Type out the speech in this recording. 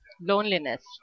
loneliness